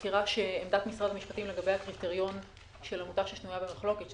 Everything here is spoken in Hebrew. עמדת משרד המשפטים לגבי הקריטריון של עמותה ששנויה במחלוקת,